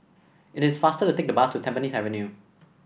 it is faster to take the bus to Tampines Avenue